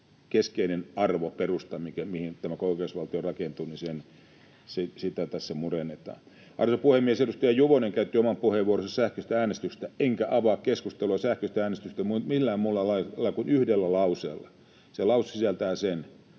keskeistä arvoperustaa, mihin tämä oikeusvaltio rakentuu, tässä murennetaan. Arvoisa puhemies! Edustaja Juvonen käytti oman puheenvuoronsa sähköisestä äänestyksestä, enkä avaa keskustelua sähköisestä äänestyksestä millään muulla lailla kuin yhdellä lauseella. Se lause sisältää sen,